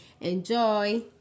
enjoy